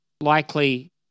likely